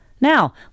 Now